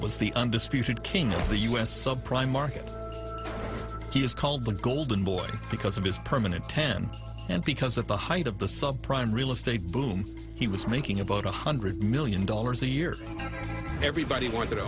was the undisputed king of the us sub prime market he was called the golden boy because of his permanent ten and because of the height of the sub prime real estate boom he was making about one hundred million dollars a year an